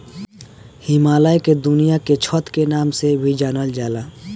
हिमालय के दुनिया के छत के नाम से भी जानल जाला